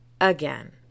again